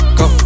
go